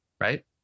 right